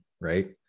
right